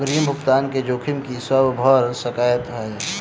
अग्रिम भुगतान केँ जोखिम की सब भऽ सकै हय?